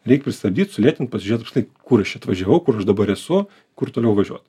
reik pristabdyt sulėtint pasižiūrėt štai kur aš atvažiavau kur aš dabar esu kur toliau važiuot